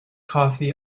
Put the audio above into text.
coffee